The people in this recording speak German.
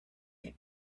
mir